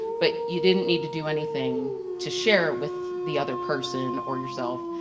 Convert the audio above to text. but you didn't need to do anything to share with the other person or yourself,